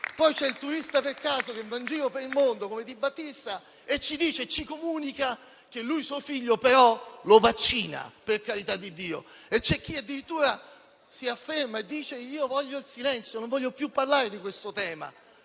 poi c'è il turista per caso che va in giro per il mondo, come Di Battista, che ci comunica che lui suo figlio però lo vaccina, per carità di Dio, e c'è chi addirittura afferma di volere il silenzio, di non voler più parlare di questo tema.